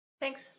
Thanks